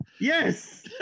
Yes